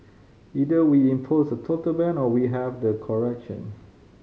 either we impose a total ban or we have the correction